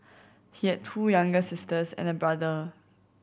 he had two younger sisters and a brother